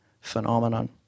phenomenon